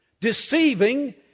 Deceiving